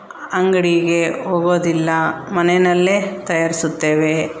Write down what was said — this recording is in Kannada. ಅಂಗಡಿಗೆ ಹೋಗೋದಿಲ್ಲ ಮನೆಯಲ್ಲೇ ತಯಾರಿಸುತ್ತೇವೆ